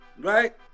right